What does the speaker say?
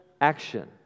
action